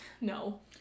No